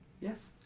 Yes